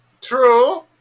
true